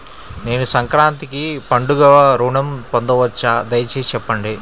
నేను సంక్రాంతికి పండుగ ఋణం పొందవచ్చా? దయచేసి చెప్పండి?